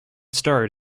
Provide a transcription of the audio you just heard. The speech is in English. starred